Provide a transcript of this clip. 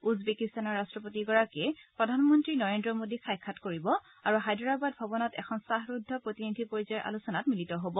উজবেজিস্তানৰ বাট্টপতিগৰাকীয়ে প্ৰধানমন্ত্ৰী নৰেন্দ্ৰ মোদীক সাক্ষাৎ কৰিব আৰু হায়দৰাবাদ ভৱনত এখন শ্বাসৰুদ্ধ প্ৰতিনিধি পৰ্যায়ৰ আলোচনাত মিলিত হ'ব